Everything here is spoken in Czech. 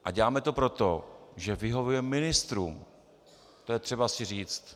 A děláme to proto, že vyhovujeme ministrům, to je třeba si říct.